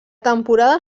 temporada